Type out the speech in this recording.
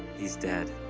he's dead.